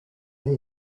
men